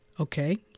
Okay